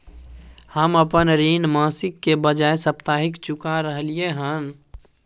हम अपन ऋण मासिक के बजाय साप्ताहिक चुका रहलियै हन